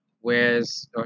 Whereas